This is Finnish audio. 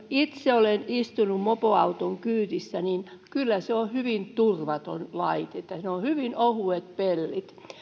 itse olen istunut mopoauton kyydissä ja kyllä se on hyvin turvaton laite siinä on hyvin ohuet pellit